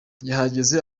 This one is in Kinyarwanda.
yahageze